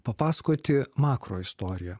papasakoti makro istoriją